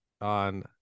on